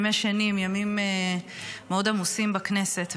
ימי שני הם ימים מאוד עמוסים בכנסת,